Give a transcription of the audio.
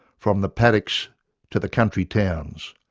from the paddocks to the country towns,